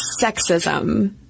sexism